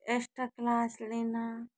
extra class लेना